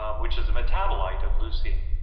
um which is a metabolite of leucine.